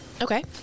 okay